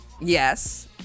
Yes